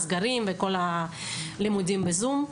סגרים וכל הלימודים בזום.